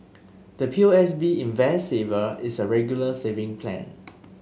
the P O S B Invest Saver is a Regular Saving Plan